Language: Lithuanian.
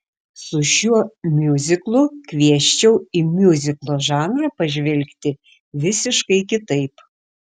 su šiuo miuziklu kviesčiau į miuziklo žanrą pažvelgti visiškai kitaip